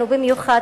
ובמיוחד,